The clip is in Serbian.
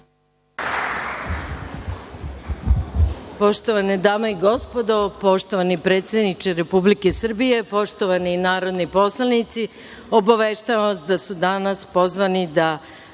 Poštovane dame i gospodo, poštovani predsedniče Republike Srbije, poštovani narodni poslanici, obaveštavam vas da su pozvani da